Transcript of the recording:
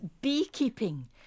beekeeping